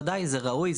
ודאי זה ראוי,